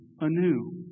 anew